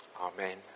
Amen